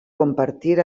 compartir